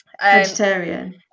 Vegetarian